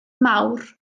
mawr